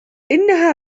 إنها